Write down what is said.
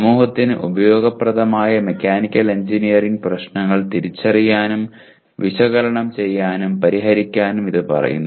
സമൂഹത്തിന് ഉപയോഗപ്രദമായ mechanical engineering പ്രശ്നങ്ങൾ തിരിച്ചറിയാനും വിശകലനം ചെയ്യാനും പരിഹരിക്കാനും അത് പറയുന്നു